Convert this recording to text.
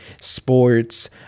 sports